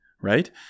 right